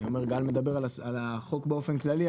גל מדבר על החוק באופן כללי,